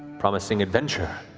promising adventure,